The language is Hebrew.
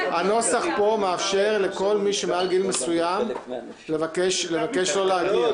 הנוסח פה מאפשר לכל מי שמעל גיל מסוים לבקש לא להגיע.